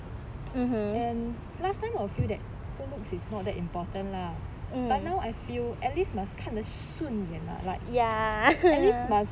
and last time 我 feel that good looks is not that important lah but now I feel at least must 看得顺眼 lah like ya at least must